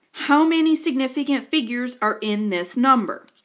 how many significant figures are in this number?